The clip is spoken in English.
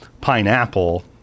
Pineapple